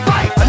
Fight